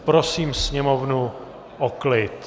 Prosím sněmovnu o klid.